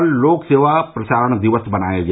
कल लोक सेवा प्रसारण दिवस मनाया गया